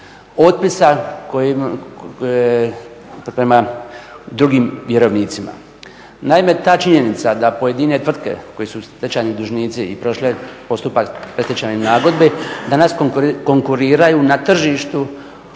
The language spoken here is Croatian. otpisa prema drugim vjerovnicima. Naime, ta činjenica da pojedine tvrtke koji su stečajni dužnici i prošle postupak predstečajne nagodbe danas konkuriraju na tržištu